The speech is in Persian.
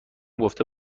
گفته